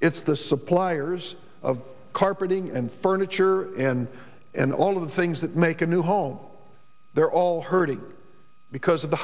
it's the suppliers of carpeting and furniture and and all of the things that make a new home they're all hurting because of the